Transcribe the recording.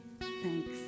Thanks